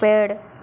पेड़